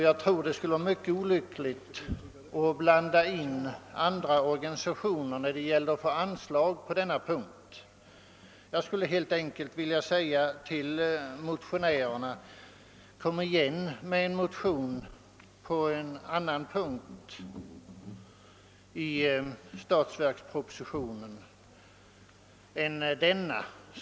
Jag tror det skulle vara mycket olyckligt att blanda in andra organisationer när det gäller att få anslag på denna punkt. Till motionärerna skulle jag helt enkelt vilja säga: Kom igen med en motion på en annan punkt i statsverkspropositionen än denna!